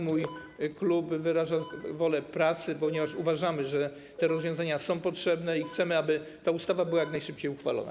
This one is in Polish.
Mój klub wyraża wolę pracy, ponieważ uważamy, że te rozwiązania są potrzebne, i chcemy, aby ta ustawa była jak najszybciej uchwalona.